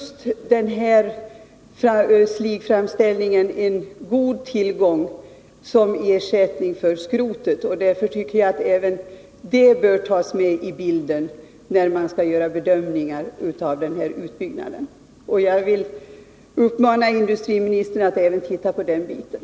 Sligen från Grängesberg är en god ersättning för skrotet. Även det bör tas med i bilden när man skall bedöma utbyggnaden. Jag vill uppmana industriministern att titta också på den saken.